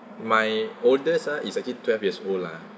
my oldest ah is actually twelve years old lah